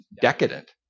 decadent